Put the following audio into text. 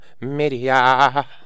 media